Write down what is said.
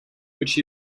which